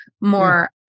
more